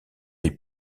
est